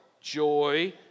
joy